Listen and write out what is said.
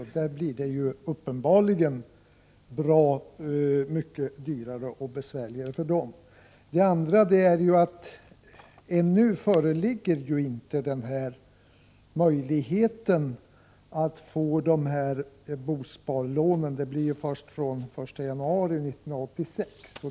För dem blir det uppenbarligen bra mycket dyrare och besvärligare. Ännu föreligger ju inte möjligheten att få dessa bosparlån — den föreligger först från den 1 januari 1986.